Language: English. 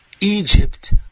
Egypt